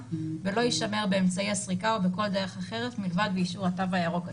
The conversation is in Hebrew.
ולא ישמר באמצעי הסריקה או בכל דרך אחרת מלבד באישור התו הירוק עצמו.